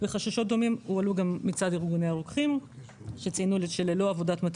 חששות דומים הועלו גם מצד ארגוני הרוקחים שציינו שללא עבודת מטה